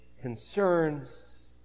concerns